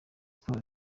sport